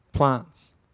plants